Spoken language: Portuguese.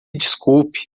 desculpe